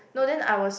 no then I was